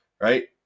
Right